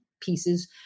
pieces